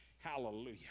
Hallelujah